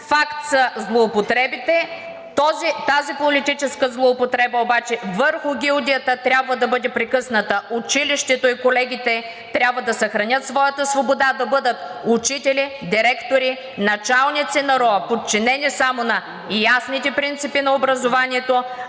Факт са злоупотребите. Тази политическа злоупотреба обаче върху гилдията трябва да бъде прекъсната. Училището и колегите трябва да съхранят своята свобода – да бъдат учители, директори, началници на РУО, подчинени само на ясните принципи на образованието,